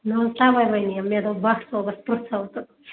نہ حظ تَوے وَنیوم مےٚ دوٚپ بٹ صٲبَس پرٛژھو تہٕ